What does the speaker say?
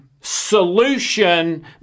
solution